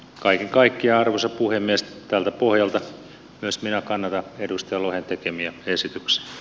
kaiken kaikkiaan arvoisa puhemies tältä pohjalta myös minä kannatan edustaja lohen tekemiä esityksiä